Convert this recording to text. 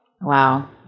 Wow